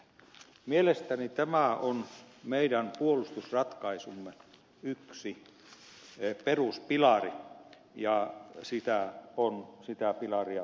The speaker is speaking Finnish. mielestäni tämä on meidän puolustusratkaisumme yksi peruspilari ja sitä pilaria on syytä vahvistaa